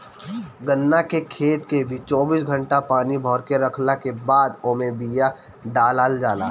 गन्ना के खेत के भी चौबीस घंटा पानी भरके रखला के बादे ओमे बिया डालल जाला